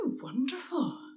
wonderful